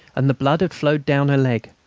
and the blood had flowed down her leg.